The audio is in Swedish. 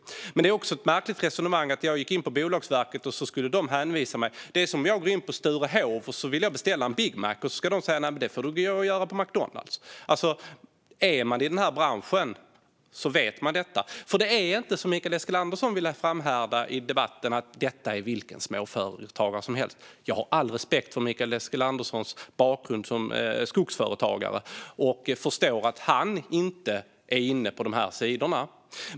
Det är ett märkligt resonemang att säga att om man går in på Bolagsverket ska de hänvisa vidare. Det är som om jag skulle gå in på Sturehof och beställa en Big Mac och så ska de säga att jag får göra det på McDonalds. Om man är i branschen vet man detta. Det är inte som Mikael Eskilandersson framhåller i debatten, att det är vilka småföretagare som helst. Jag har all respekt för Mikael Eskilanderssons bakgrund som skogsföretagare och förstår att han inte är inne på dessa sidor.